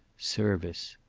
service.